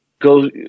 go –